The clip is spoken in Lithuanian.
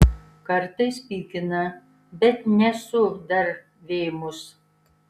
kartais pykina bet nesu dar vėmus